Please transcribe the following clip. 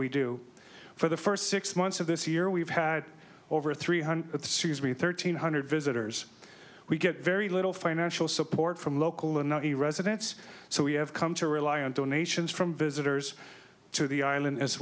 we do for the first six months of this year we've had over three hundred thirteen hundred visitors we get very little financial support from local and the residents so we have come to rely on donations from visitors to the island as